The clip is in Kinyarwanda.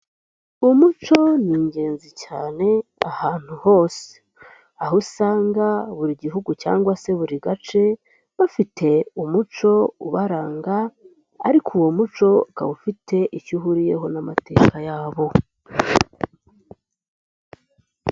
Umuco ni ingenzi cyane ahantu hose aho usanga buri gihugu cyangwa se buri gace bafite umuco ubaranga ariko uwo muco ukaba ufite icyo uhuriyeho n'amateka yabo.